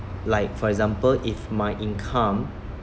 like for example if my income